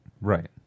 right